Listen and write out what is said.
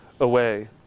away